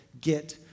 get